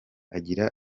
agira